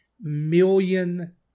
million